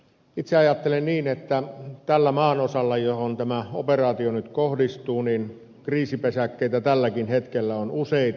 itse ajattelen niin että tällä maanosalla johon tämä operaatio nyt kohdistuu kriisipesäkkeitä tälläkin hetkellä on useita